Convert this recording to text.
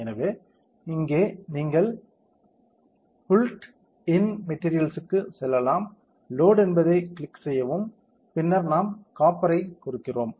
எனவே இங்கே நீங்கள் புய்ல்ட் இன் மெட்டீரியல்க்குச் செல்லலாம் லோட் என்பதைக் கிளிக் செய்யவும் பின்னர் நாம் காப்பர்ரைக் கொடுக்கிறோம்